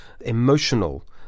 emotional